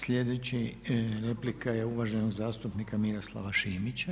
Sljedeća replika je uvaženog zastupnika Miroslava Šimića.